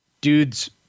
Dude's